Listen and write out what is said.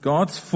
God's